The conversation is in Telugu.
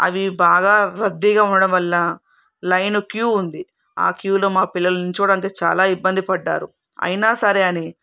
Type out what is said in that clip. అవి బాగా రద్దీగా ఉండడం వల్ల లైన్ క్యూ ఉంది ఆ క్యూలో మా పిల్లలు నిల్చోవాలి అంటే చాలా ఇబ్బంది పడ్డారు అయినా సరే అని